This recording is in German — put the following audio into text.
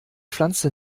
pflanze